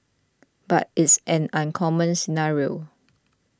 but it's an uncommon scenario